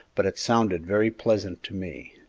but it sounded very pleasant to me.